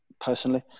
personally